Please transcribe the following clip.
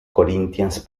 corinthians